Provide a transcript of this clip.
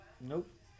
Nope